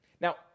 Now